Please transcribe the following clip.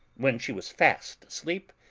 when she was fast asleep,